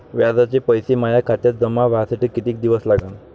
व्याजाचे पैसे माया खात्यात जमा व्हासाठी कितीक दिवस लागन?